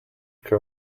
che